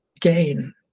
Gain